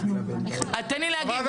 תן לי להגיב.